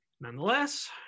Nonetheless